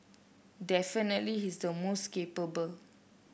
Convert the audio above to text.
definitely he's the most capable